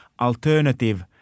alternative